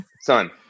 son